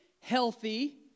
healthy